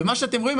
ומה שאתם רואים,